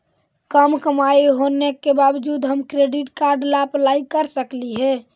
कम कमाई होने के बाबजूद हम क्रेडिट कार्ड ला अप्लाई कर सकली हे?